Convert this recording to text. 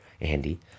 Andy